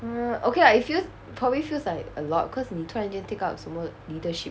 uh okay lah it fe~ probably feels like a lot of cause 你突然间 take up 什么 leadership